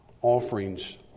offerings